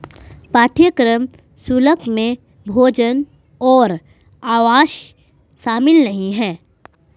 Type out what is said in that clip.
पाठ्यक्रम शुल्क में भोजन और आवास शामिल नहीं है